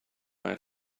mae